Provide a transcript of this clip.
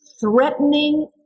threatening